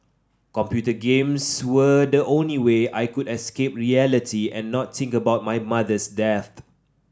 computer games were the only way I could escape reality and not think about my mother's death